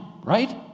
Right